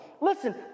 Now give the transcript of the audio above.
Listen